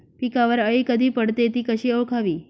पिकावर अळी कधी पडते, ति कशी ओळखावी?